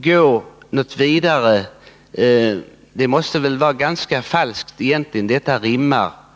Detta rimmar väl ganska falskt